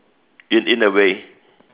in in a way